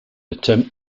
attempt